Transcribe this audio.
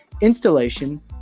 installation